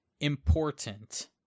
important